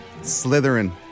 Slytherin